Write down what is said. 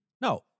No